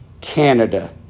Canada